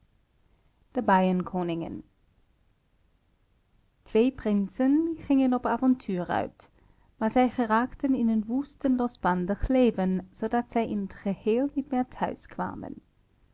de bijenkoningin twee prinsen gingen op avontuur uit maar zij geraakten in een woest en losbandig leven zoodat zij in t geheel niet meer thuis kwamen